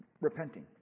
repenting